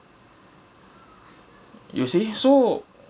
you see so